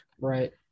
right